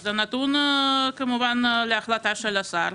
זה נתון, כמובן, להחלטה של השר.